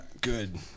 Good